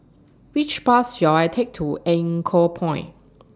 Which Bus shall I Take to Anchorpoint